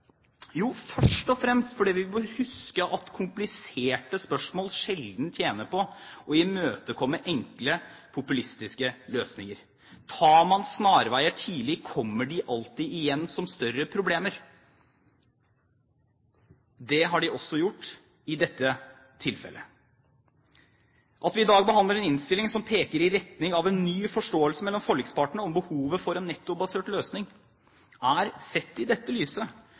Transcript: Jo, først og fremst fordi vi må huske at kompliserte spørsmål sjelden tjener på å imøtekomme enkle, populistiske løsninger. Tar man snarveier tidlig, kommer de alltid igjen som større problemer. Det har de også gjort i dette tilfellet. At vi i dag behandler en innstilling som peker i retning av en ny forståelse mellom forlikspartene om behovet for en nettobasert løsning, er, sett i dette lyset,